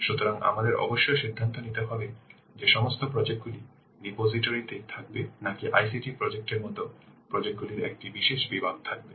সুতরাং আমাদের অবশ্যই সিদ্ধান্ত নিতে হবে যে সমস্ত প্রজেক্ট গুলি রিপোসিটোরি তে থাকবে নাকি ICT প্রজেক্ট এর মতো প্রজেক্ট গুলির একটি বিশেষ বিভাগ থাকবে